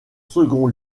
second